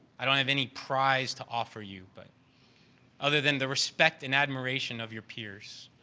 i don't have any prize to offer you but other than the respect and admiration of your peers.